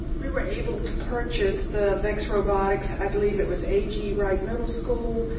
we were able to purchase the vex robotics i believe it was ag wright middle school,